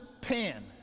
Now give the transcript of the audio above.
Pan